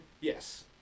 Yes